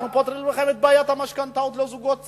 אנחנו פותרים לכם את בעיית המשכנתאות לזוגות צעירים,